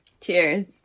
Cheers